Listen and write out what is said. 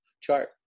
chart